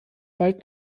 bald